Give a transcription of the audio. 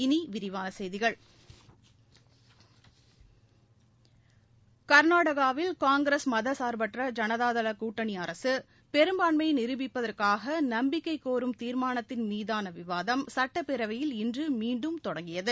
இனிவிரிவானசெய்திகள் கர்நாடகாவில் காங்கிரஸ் மதசா்பற்ற ஐனதாதள் கூட்டணிஅரசுபெரும்பான்மையைநிரூபிப்பதற்காகநம்பிக்கைக் கோரும் தீர்மானத்தின் மீதானவிவாதம் சட்டப்பேரவையில் இன்றுமீண்டும் தொடங்கியது